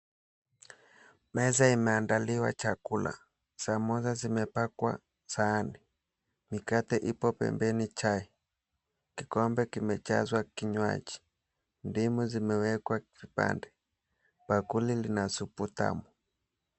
Meza imeandaliwa chakula, samosa zimepakwa sahani, mikate ipo pembeni chai. Kikombe kimejazwa kinywaji, ndimu zimewekwa vipande, bakuli lina supu tamu.